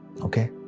okay